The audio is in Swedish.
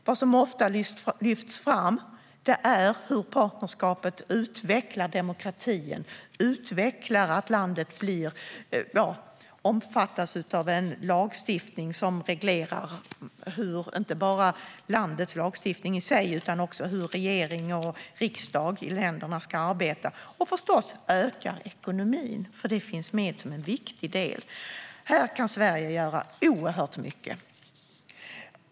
Vad som ofta lyfts fram är hur partnerskapet utvecklar demokratin och främjar en utveckling av en lagstiftning som inte bara reglerar landets lagstiftning i sig utan också hur regering och riksdag i länderna ska arbeta och öka ekonomin. Det finns nämligen med som en viktig del, och här kan Sverige göra oerhört mycket.